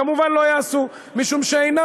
כמובן, לא יעשו, משום שאינם